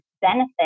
benefit